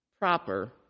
proper